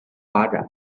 发展